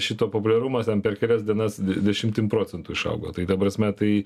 šito populiarumas ten per kelias dienas de dešimtim procentų išaugo tai ta prasme tai